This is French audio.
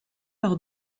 par